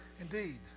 indeed